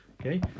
Okay